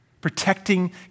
Protecting